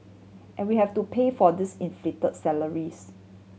and we have to pay for these inflate salaries